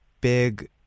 big